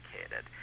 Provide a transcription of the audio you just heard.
educated